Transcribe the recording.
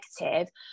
negative